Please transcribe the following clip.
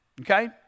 Okay